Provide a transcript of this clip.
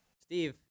Steve